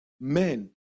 men